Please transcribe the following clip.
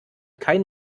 kein